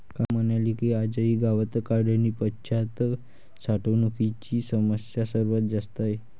काका म्हणाले की, आजही गावात काढणीपश्चात साठवणुकीची समस्या सर्वात जास्त आहे